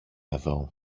εδώ